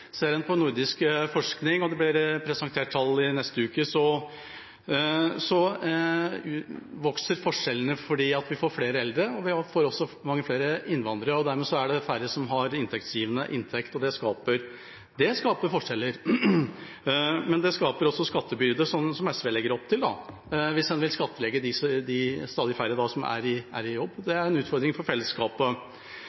ser på nordisk forskning – det blir presentert tall i neste uke – vokser forskjellene fordi vi får flere eldre og mange flere innvandrere, og dermed er det færre som har inntektsgivende arbeid. Det skaper forskjeller, men det skaper også en skattebyrde, som SV legger opp til, hvis en vil skattlegge de stadig færre som er i jobb. Det er en utfordring for fellesskapet. Når det kommer til klima og energi, kan SV være en medspiller. Gahr Støre nevnte i sitt innlegg «klima», «energi» og